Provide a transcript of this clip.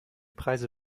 preise